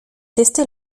tester